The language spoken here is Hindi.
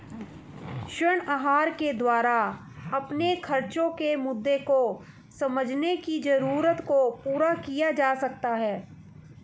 ऋण आहार के द्वारा अपने खर्चो के मुद्दों को समझने की जरूरत को पूरा किया जा सकता है